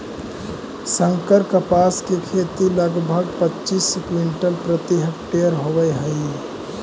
संकर कपास के खेती लगभग पच्चीस क्विंटल प्रति हेक्टेयर होवऽ हई